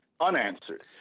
unanswered